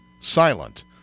silent